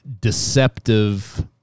deceptive